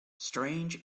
strange